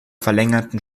verlängerten